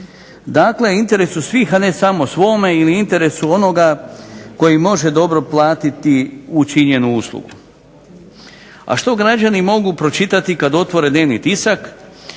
Dakle, u interesu svih a ne samo svoje ili u interesu onoga koji može dobro platiti učinjenu uslugu. A što građani mogu pročitati kada otvore dnevni tisak